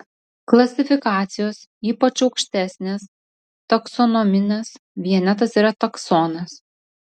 klasifikacijos ypač aukštesnės taksonominės vienetas yra taksonas